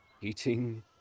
eating